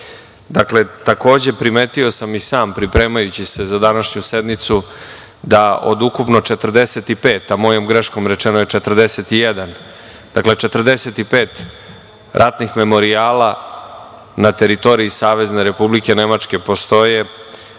Takođe, primetio sam i sam pripremajući se za današnju sednicu da od ukupno 45, a mojom greškom rečeno je 41, dakle 45 ratnih memorijala na teritoriji Savezne Republike Nemačke postoje